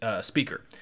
speaker